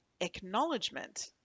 acknowledgement